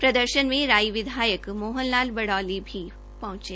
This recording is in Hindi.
प्रदर्शन में राई विधायक मोहन लाल बडौली भी पहुंचे